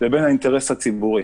לבין האינטרס הציבורי.